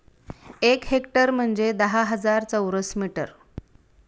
एक हेक्टर म्हणजे दहा हजार चौरस मीटर